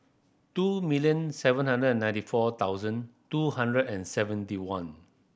two million seven hundred and ninety four thousand two hundred and seventy one